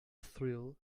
thrill